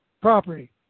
property